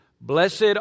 Blessed